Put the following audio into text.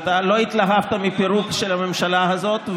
אתה לא התלהבת מפירוק של הממשלה הזאת,